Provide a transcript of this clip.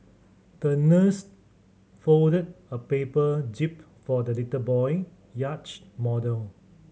the nurse folded a paper jib for the little boy yacht model